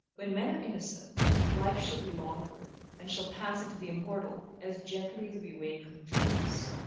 when men are innocent, life shall be longer, and shall pass into the immortal, as gently as we awake from dreams.